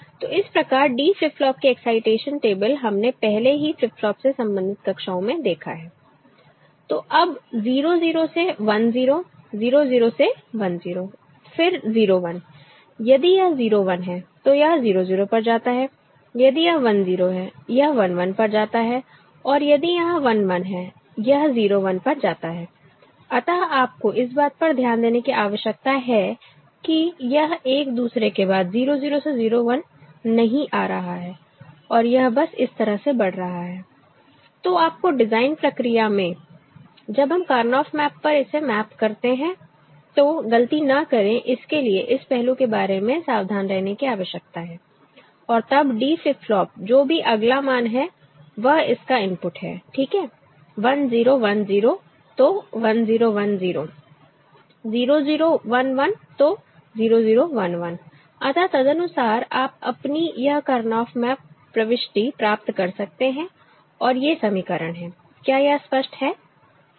तो इस प्रकार D फ्लिप फ्लॉप की एक्साइटेशन टेबल हमने पहले की फ्लिप फ्लॉप से संबंधित कक्षाओं में देखा है तो अब 0 0 से 1 0 0 0 से 1 0 फिर 0 1 यदि यह 0 1 है तो यह 0 0 पर जाता है यदि यह 1 0 है यह 1 1 पर जाता है और यदि यहां 1 1 है यह 0 1 पर जाता है अतः आपको इस बात पर ध्यान देने की आवश्यकता है कि यह एक दूसरे के बाद 0 0 से 0 1 नहीं आ रहा है और यह बस इस तरह से बढ़ रहा है तो आपको डिज़ाइन प्रक्रिया में जब हम कार्नोफ मैप पर इसे मैप करते हैं तो गलती न करें इसके लिए इस पहलू के बारे में सावधान रहने की आवश्यकता है और तब D फ्लिप फ्लॉप जो भी अगला मान है वह इसका इनपुट है ठीक है 1 0 1 0 तो 1 0 1 0 0 0 1 1 तो 0 0 1 1 अतः तदनुसार आप अपनी यह कार्नोफ मैप प्रविष्टि प्राप्त कर सकते हैं और ये समीकरण हैं क्या यह स्पष्ट है